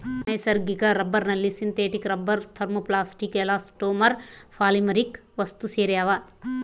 ನೈಸರ್ಗಿಕ ರಬ್ಬರ್ನಲ್ಲಿ synthetic rubber thermoplastic elastomer polymeric ವಸ್ತುಸೇರ್ಯಾವ